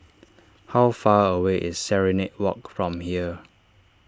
how far away is Serenade Walk from here